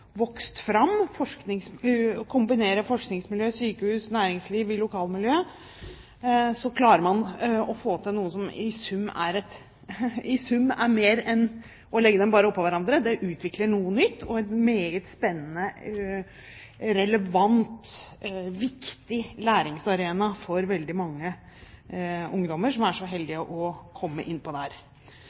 vokst fram, at ved å kombinere forskningsmiljøer, sykehus og næringsliv i lokalmiljøet, klarer man å få til noe som i sum er mer enn bare å legge dem oppå hverandre. Det utvikler noe nytt og er en meget spennende, relevant og viktig læringsarena for veldig mange ungdommer som er så heldige å komme inn